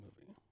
movie